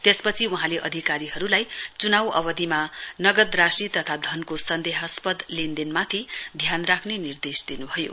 त्यसपछि वहाँले अधिकारीहरुलाई चुनाउ अवधिमा नगद राशि तथा धनको सन्देहास्पद लेनदेनमाथि ध्यान राख्ने निर्देश दिनुभयो